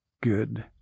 Good